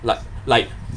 like like